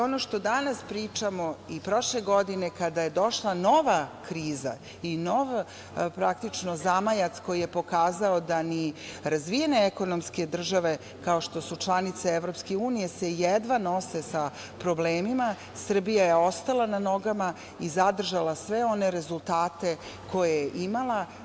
Ono što danas pričamo i prošle godine, kada je došla nova kriza i nov zamajac koji je pokazao da ni razvijene ekonomske države, kao što su članice EU se jedva nose sa problemima, Srbija je ostala na nogama i zadržala sve one rezultate koje je imala.